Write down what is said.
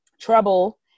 trouble